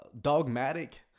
dogmatic